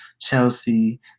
Chelsea